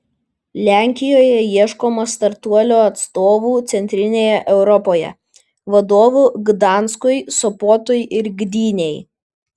lenkijoje ieškoma startuolio atstovų centrinėje europoje vadovų gdanskui sopotui ir gdynei